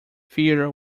fear